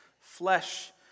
flesh